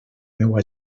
meua